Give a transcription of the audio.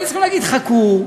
היינו צריכים להגיד: חכו,